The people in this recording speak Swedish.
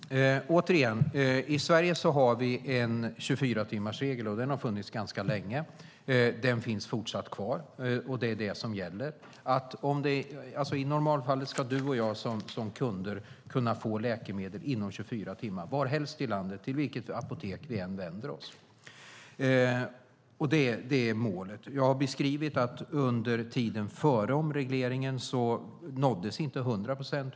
Herr talman! Återigen vill jag säga att vi i Sverige har en 24-timmarsregel. Den har funnits ganska länge. Den finns fortsatt kvar. Det är det som gäller. I normalfallet ska du och jag som kunder kunna få läkemedel inom 24 timmar varhelst i landet vi är, till vilket apotek vi än vänder oss. Det är målet. Jag har beskrivit att under tiden före omregleringen nåddes inte hundra procent.